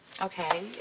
Okay